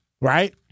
Right